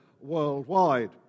worldwide